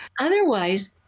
otherwise